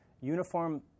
uniform